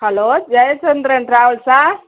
hello Jayachandran ட்ராவல்ஸா